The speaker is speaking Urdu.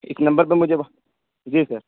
ایک نمبر پہ مجھے جی سر